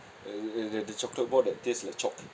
err uh the the chocolate ball that taste like chalk